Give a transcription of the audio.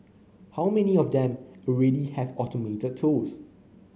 how many of them already have automated tools